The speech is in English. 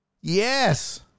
Yes